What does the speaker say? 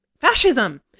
fascism